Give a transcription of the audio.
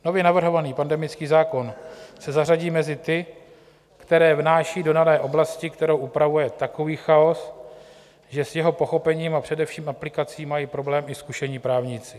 Nově navrhovaný pandemický zákon se zařadí mezi ty, které vnáší do dané oblasti, kterou upravuje, takový chaos, že s jeho pochopením a především aplikací mají problém i zkušení právníci.